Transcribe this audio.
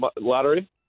lottery